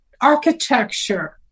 architecture